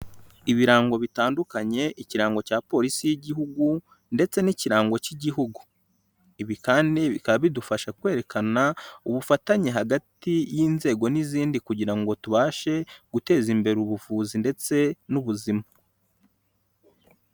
ibirango bitandukanye, ikirango cya polisi y'igihugu ndetse n'ikirango cy'igihugu. Ibi kandi bikaba bidufasha kwerekana ubufatanye hagati y'inzego n'izindi kugira ngo tubashe guteza imbere ubuvuzi ndetse n'ubuzima.